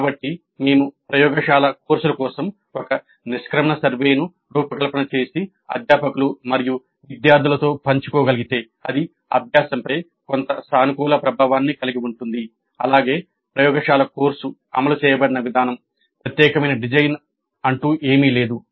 కాబట్టి మేము ప్రయోగశాల కోర్సుల కోసం ఒక నిష్క్రమణ సర్వేను రూపకల్పన చేసి అధ్యాపకులు మరియు విద్యార్థులతో పంచుకోగలిగితే అది అభ్యాసంపై కొంత సానుకూల ప్రభావాన్ని కలిగి ఉంటుంది అలాగే ప్రయోగశాల కోర్సు అమలు చేయబడిన విధానం ప్రత్యేకమైన డిజైన్ ఏమి లేదు